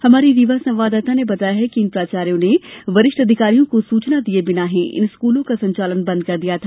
हमारी रीवा संवाददाता ने खबर दी है कि इन प्राचार्यो ने वरिष्ठ अधिकारियों को सूचना दिये बिना ही इन स्कूलों का संचालन बंद कर दिया था